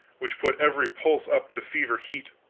which put every pulse up to fever heat.